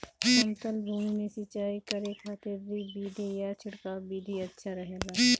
समतल भूमि में सिंचाई करे खातिर ड्रिप विधि या छिड़काव विधि अच्छा रहेला?